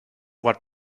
what